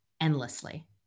endlessly